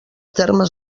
termes